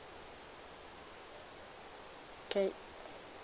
K